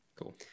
Cool